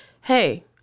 hey